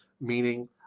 meaning